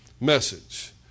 message